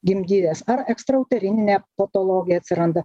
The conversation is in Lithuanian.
gimdyvės ar ekstrauterininė patologija atsiranda